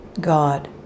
God